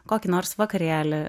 kokį nors vakarėlį